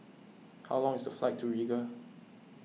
how long is the flight to Riga